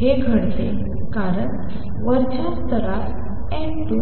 हे घडते कारण वरच्या स्तरात N2